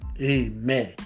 Amen